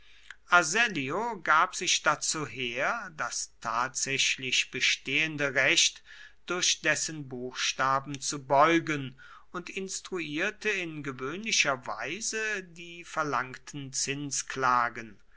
gab sich dazu her das tatsächlich bestehende recht durch dessen buchstaben zu beugen und instruierte in gewöhnlicher weise die verlangten